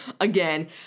again